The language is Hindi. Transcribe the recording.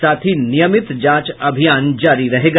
साथ ही नियमित जांच अभियान जारी रहेगा